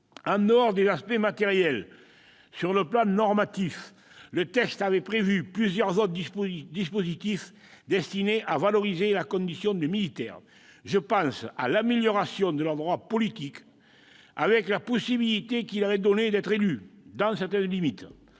En dehors des aspects matériels, sur le plan normatif, le texte avait prévu plusieurs autres dispositifs destinés à valoriser la condition des militaires. Je pense à l'amélioration de leurs droits politiques, avec la possibilité qui leur est donnée d'être élus, dans certaines limites.